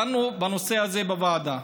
דנו בנושא הזה בוועדה.